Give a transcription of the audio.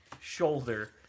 shoulder